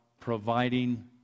Providing